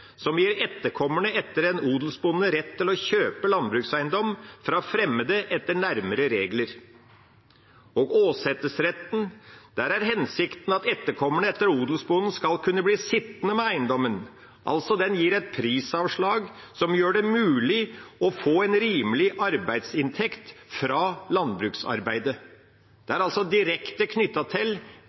som gir etterkommerne etter en odelsbonde rett til å kjøpe landbrukseiendom fra fremmede etter nærmere regler. Hensikten med åsetesretten er at etterkommerne etter odelsbonden skal kunne bli sittende med eiendommen, den gir et prisavslag som gjør det mulig å få en rimelig arbeidsinntekt fra landbruksarbeidet. Den er altså direkte knyttet til